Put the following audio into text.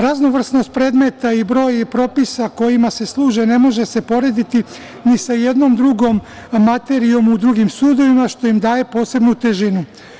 Raznovrsnost predmeta i broj propisa kojima se služe ne može se porediti ni sa jednom drugom materijom u drugim sudovima, što im daje posebnu težinu.